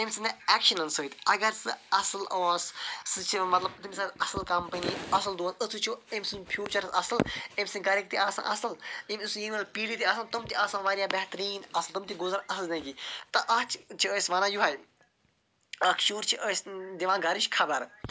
امہ سٕنٛدیٚو ایٚکشَنو سۭتۍ اگر سُہ اصل اوس مَطلَب تٔمِس آسہِ اصل کمپنی سُہ چھُ مَطلَب تٔمِس آسہِ اصل کمپنی اصل دوس أسۍ وٕچھو امہ سُنٛد فیوچر اصل امہ سٕنٛد گَرٕکۍ تہِ آسَن اصل امہ سٕنٛز ینہ وٲلۍ پیٖڑی تہِ اصل تِم تہِ آسَن واریاہ بہتریٖن آسن تِم تہِ گُزارن زندگی اتھ چھِ أسۍ وَنان یُہے اکھ شُر چھُ اَسہِ دِوان گَرِچ خَبَر